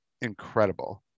incredible